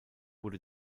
wurde